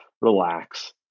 Relax